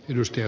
puhemies